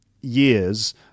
years